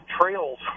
trails